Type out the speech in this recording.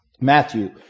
Matthew